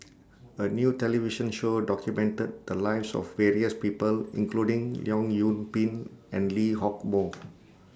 A New television Show documented The Lives of various People including Leong Yoon Pin and Lee Hock Moh